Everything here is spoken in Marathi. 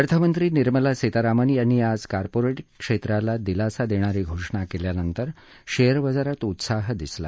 अर्थमंत्री निर्मला सीतारामन यांनी आज कॉर्पोरेट क्षेत्राला दिलासा देणारी घोषणा केल्यानंतर शेअर बाजारात उत्हास दिसून आला